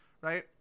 right